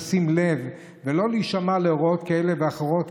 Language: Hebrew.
ניסו לשדל את בני היקר ואת רעייתו לבצע זאת,